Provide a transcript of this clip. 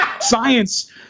science